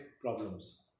problems